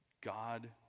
god